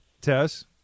Tess